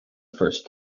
first